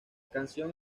canción